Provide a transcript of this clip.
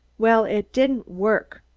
well, it didn't work!